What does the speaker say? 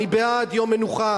אני בעד יום מנוחה,